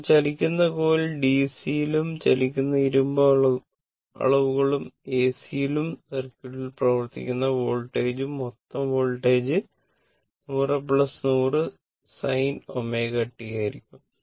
അതിനാൽ ചലിക്കുന്ന കോയിൽ ഡിസിയും ചലിക്കുന്ന ഇരുമ്പ് അളവുകളും എസിയും സർക്യൂട്ടിൽ പ്രവർത്തിക്കുന്ന വോൾട്ടേജും മൊത്തം വോൾട്ടേജ് 100 100 സിൻ ω ടി ആയിരിക്കും